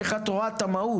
איך את רואה את המהות?